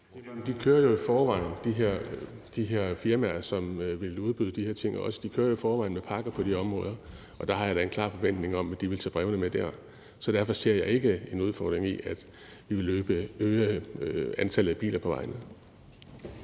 De her firmaer, som også vil udbyde de her ting, kører jo i forvejen. De kører jo i forvejen med pakker i de områder, og der har jeg da en klar forventning om, at de vil tage brevene med der. Så derfor ser jeg ikke en udfordring i det, i forhold til at vi vil øge antallet af biler på vejene.